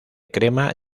crema